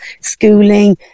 schooling